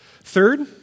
Third